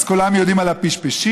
אז כולם יודעים על הפשפשים,